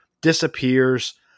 disappears